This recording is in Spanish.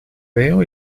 veo